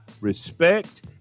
respect